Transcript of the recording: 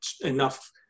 enough